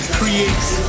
creates